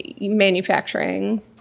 manufacturing